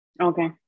Okay